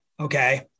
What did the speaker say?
Okay